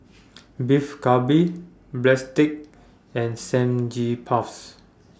Beef Galbi Breadsticks and